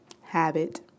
habit